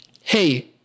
hey